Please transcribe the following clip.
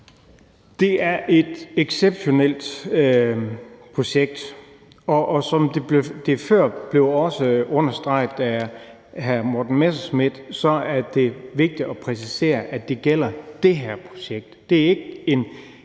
Det er et exceptionelt projekt. Og som det også blev understreget før af hr. Morten Messerschmidt, er det vigtigt at præcisere, at det gælder det her projekt. Det er en